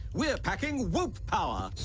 we're packin whoop power?